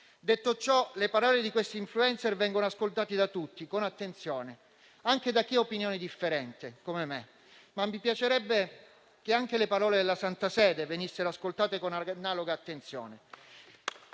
Detto ciò, le parole di questi *influencer* vengono ascoltate da tutti con attenzione, anche da chi ha opinioni differenti, come me, ma mi piacerebbe che anche le parole della Santa Sede venissero ascoltate con analoga attenzione,